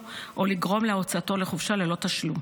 או לגרום להוצאתו לחופשה ללא תשלום,